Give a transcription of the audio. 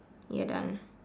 ya done